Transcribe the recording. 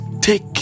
take